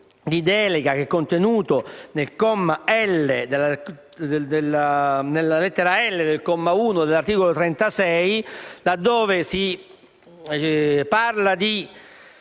principio di delega che è contenuto nella lettera *l)* del comma 1 dell'articolo 36, laddove si parla di